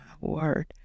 word